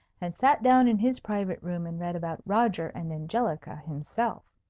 and sat down in his private room and read about roger and angelica himself.